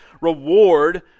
reward